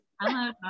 Hello